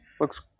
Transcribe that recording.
looks